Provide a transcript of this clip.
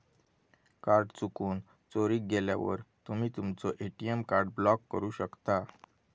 card चुकून, चोरीक गेल्यावर तुम्ही तुमचो ए.टी.एम कार्ड ब्लॉक करू शकता